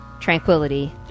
tranquility